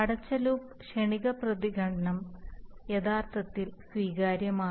അടച്ച ലൂപ്പ് ക്ഷണിക പ്രതികരണം യഥാർത്ഥത്തിൽ സ്വീകാര്യമാണ്